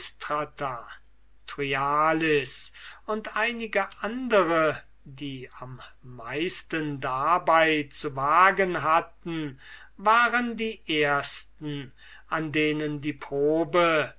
und einige andere die am meisten dabei zu wagen hatten waren die ersten an denen die probe